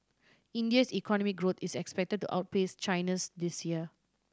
India's economic growth is expected to outpace China's this year